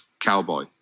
cowboy